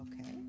Okay